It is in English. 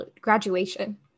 graduation